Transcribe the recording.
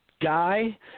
guy